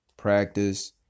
practice